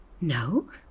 No